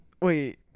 Wait